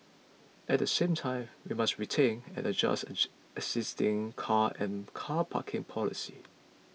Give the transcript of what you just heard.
at the same time we must rethink and adjust age existing car and car parking policies